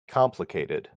complicated